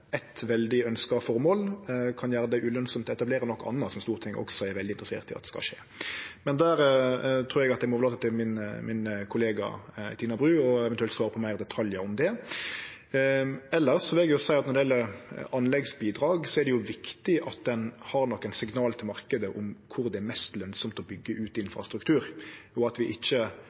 veldig ønskt føremål, kan gjere det ulønsamt å etablere noko anna som Stortinget også er veldig interessert i at skal skje. Men eg trur eg må overlate til kollegaen min, Tina Bru, eventuelt å svare på fleire detaljar om det. Elles vil eg seie at når det gjeld anleggsbidrag, er det viktig at ein gjev nokre signal til marknaden om kvar det er mest lønsamt å byggje ut infrastruktur, og at vi ikkje